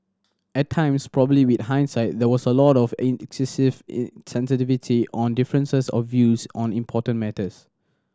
at times probably with hindsight there was a lot of excessive in sensitivity on differences of views on important matters